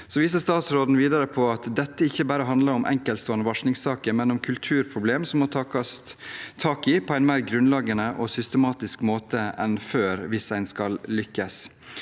Så viser statsråden videre til at dette ikke bare handler om enkeltstående varslingssaker, men om kulturproblemer som må tas tak i på en mer grunnleggende og systematisk måte enn før hvis en skal lykkes.